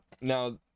Now